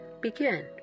Begin